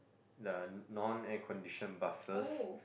the non air conditioned buses